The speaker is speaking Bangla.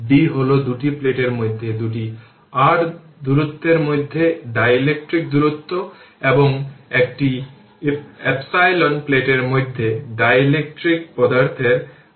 সুতরাং এই 1 Ω এবং 1 Ω এবং 4 Ω তারা প্যারালাল কিন্তু এই I কারেন্ট এই 4 Ω প্রতিরেজিস্টেন্স এর মধ্য দিয়ে প্রবাহিত হচ্ছে